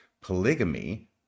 polygamy